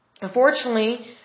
Unfortunately